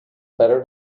better